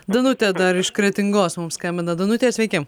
danutė dar iš kretingos mums skambina danute sveiki